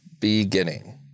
beginning